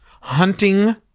Hunting